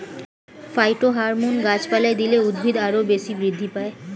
phytohormone গাছপালায় দিলে উদ্ভিদ আরও বেশি বৃদ্ধি পায়